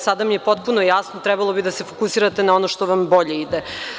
Sada mi je potpuno jasno, trebalo bi da se fokusirate na ono što vam bolje ide.